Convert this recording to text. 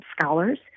scholars